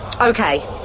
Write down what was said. Okay